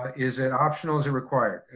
ah is it optional, is it required?